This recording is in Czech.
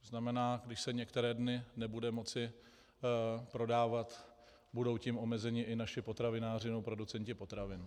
To znamená, když se některé dny nebude moci prodávat, budou tím omezeni i naši potravináři nebo producenti potravin.